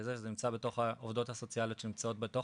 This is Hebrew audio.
העובדות הסוציאליות שנמצאות בתוך